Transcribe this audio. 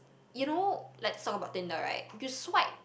you know let's talk about Tinder right you swipe